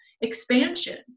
expansion